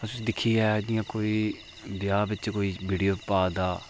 उसी दिक्खियै जि'यां कोई ब्याह् बिच जि'यां कोई गड्डियां पा दा